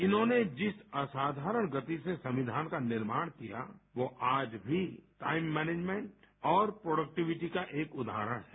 इन्होंने जिस असाधाराण गति से संविधान का निर्माण किया वो आज भी टाईम मेनेजमेंट और प्रोडक्टिविटी का एक उदाहरण है